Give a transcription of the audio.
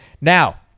Now